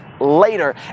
later